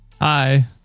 Hi